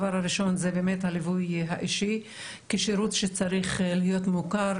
הדבר הראשון זה באמת הליווי האישי כשירות שצריך להיות מוכר,